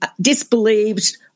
disbelieved